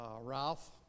Ralph